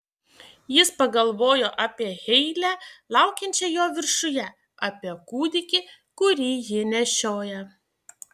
jis pagalvojo apie heilę laukiančią jo viršuje apie kūdikį kurį ji nešioja